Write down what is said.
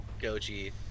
Goji